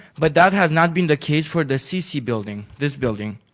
but that has not been the case for the cc building, this building,